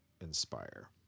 inspire